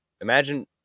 Imagine